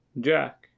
Jack